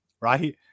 right